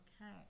okay